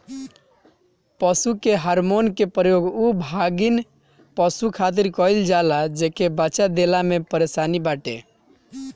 पशु के हार्मोन के प्रयोग उ गाभिन पशु खातिर कईल जाला जेके बच्चा देला में परेशानी बाटे